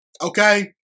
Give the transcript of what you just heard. okay